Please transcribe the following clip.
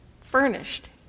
furnished